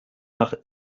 nach